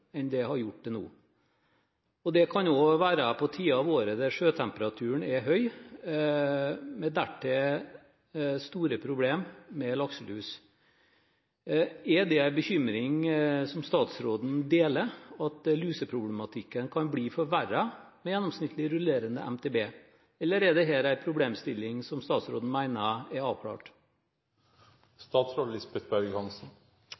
enn det har gjort til nå. Det kan også være på tider av året der sjøtemperaturen er høy, med dertil store problemer med lakselus. Er det en bekymring statsråden deler – at luseproblematikken kan bli forverret med gjennomsnittlig rullerende MTB? Eller er det en problemstilling som statsråden mener er